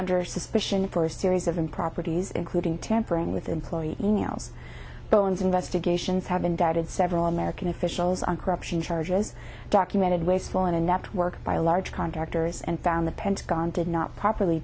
under suspicion for series of them properties including tampering with employee e mails bowen's investigations have indicted several american officials on corruption charges documented wasteful and inept work by a large contractors and found the pentagon did not properly